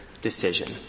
decision